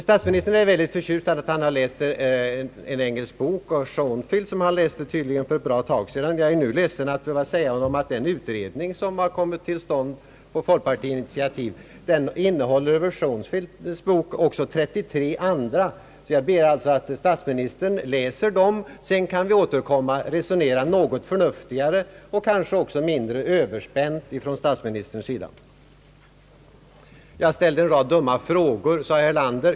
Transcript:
Statsministern är mycket förtjust över att han läst en engelsk bok av Schonfield, som han tydligen läste för ett bra tag sedan. Jag är ledsen att behöva säga honom att den utredning som kommit till stånd på folkpartiets initiativ omnämner utom Schonfields bok också 33 andra. Jag ber att statsministern läser dem. Sedan kan vi återkomma och resonera något förnuftigare och kanske även mindre överspänt från statsministerns sida. Jag ställde en rad dumma frågor, sade herr Erlander.